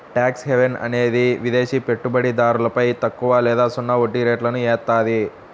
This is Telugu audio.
ట్యాక్స్ హెవెన్ అనేది విదేశి పెట్టుబడిదారులపై తక్కువ లేదా సున్నా పన్నురేట్లను ఏత్తాది